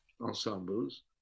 ensembles